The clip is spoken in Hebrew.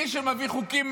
מי שמביא חוקים,